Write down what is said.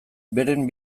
beren